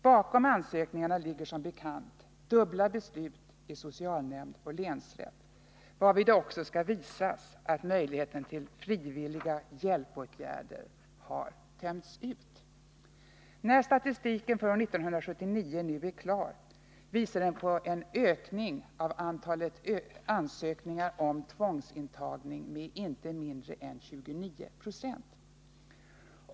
Bakom ansökningarna ligger som bekant dubbla beslut i socialnämnd och länsrätt, varvid det också skall visas att möjligheten till frivilliga hjälpåtgärder har tömts ut. När statistiken för 1979 nu är klar visar den på en ökning av antalet ansökningar om tvångsintagning med inte mindre än 29 £.